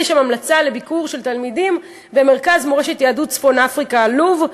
יש שם המלצה לביקור של תלמידים במרכז מורשת יהדות צפון-אפריקה לוב,